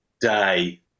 Day